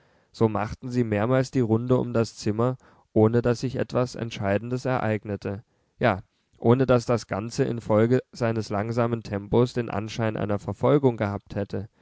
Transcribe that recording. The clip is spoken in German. so machten sie mehrmals die runde um das zimmer ohne daß sich etwas entscheidendes ereignete ja ohne daß das ganze infolge seines langsamen tempos den anschein einer verfolgung gehabt hätte